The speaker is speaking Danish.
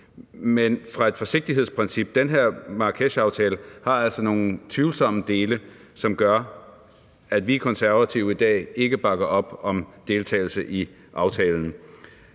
ud fra et forsigtighedsprincip har den her Marrakeshaftale altså nogle tvivlsomme dele, som gør, at vi konservative i dag ikke bakker op om deltagelse i aftalen.